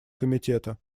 комитета